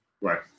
Right